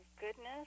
goodness